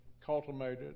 cultivated